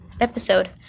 episode